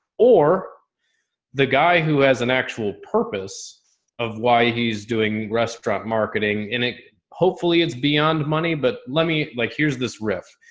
or the guy who has an actual purpose of why he's doing restaurant marketing and it hopefully it's beyond money, but let me like, here's this riff.